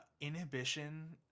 inhibition